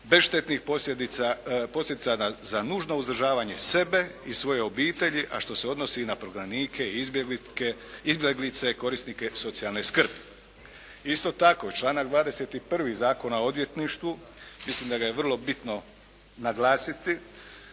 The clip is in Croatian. bez štetnih posljedica za nužno uzdržavanje sebe i svoje obitelji a što se odnosi i na prognanike, izbjeglice i korisnike socijalne skrbi. Isto tako članak 21. Zakona o odvjetništvu, mislim da ga je vrlo bitno naglasiti